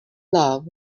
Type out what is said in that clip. love